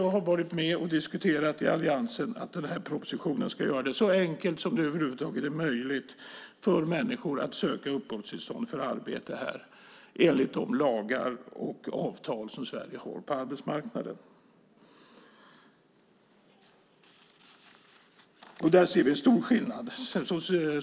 Jag har varit med och diskuterat i alliansen att propositionen ska göra det så enkelt som det över huvud taget är möjligt för människor att söka uppehållstillstånd för arbete här enligt de lagar och avtal som Sverige har på arbetsmarknaden. Där ser vi en stor skillnad.